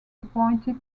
appointed